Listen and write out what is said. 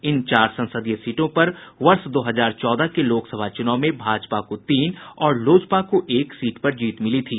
इन चार संसदीय सीटों पर वर्ष दो हजार चौदह के लोकसभा चुनाव में भाजपा को तीन और लोजपा को एक सीट पर जीत मिली थी